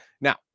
Now